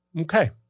okay